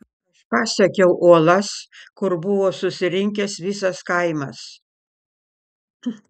aš pasiekiau uolas kur buvo susirinkęs visas kaimas